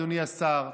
אדוני השר,